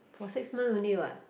for six months only what